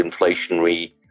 inflationary